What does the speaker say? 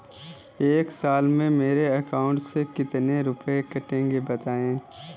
एक साल में मेरे अकाउंट से कितने रुपये कटेंगे बताएँ?